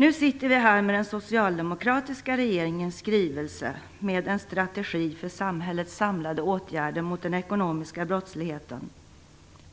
Nu sitter vi här med den socialdemokratiska regeringens skrivelse och dess strategi för samhällets samlade åtgärder mot den ekonomiska brottsligheten,